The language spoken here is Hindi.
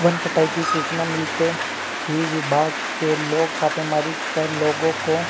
वन कटाई की सूचना मिलते ही विभाग के लोग छापेमारी कर लोगों को